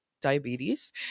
diabetes